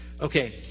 Okay